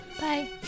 Bye